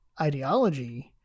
ideology